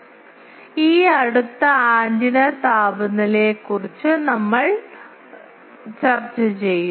അതിനാൽ ഈ അടുത്ത ആന്റിന താപനിലയെക്കുറിച്ച് ഞങ്ങൾ ചർച്ച ചെയ്യും